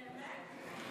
באמת?